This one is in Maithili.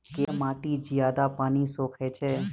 केँ माटि जियादा पानि सोखय छै?